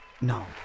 no